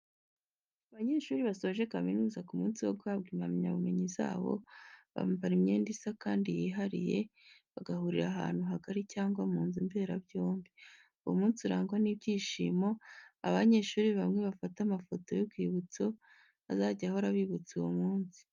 Abanyeshuri basoje kaminuza ku munsi wo guhabwa impamyabumenyi zabo, bambara imyenda isa kandi yihariye bagahurira ahantu hagari cyangwa mu nzu mberabyombi. Uwo munsi urangwa n'ibyishimo, aho abanyeshuri bamwe bafata amafoto y'urwibutso azajya ahora abibutsa uwo munsi.